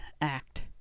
Act